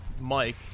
Mike